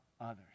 others